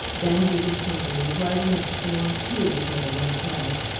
van degen's company was large enough to surround two of the tables on the terrace,